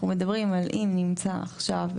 אנחנו מדברים על אם נמצא עכשיו קו תשתית שאינו ממופה,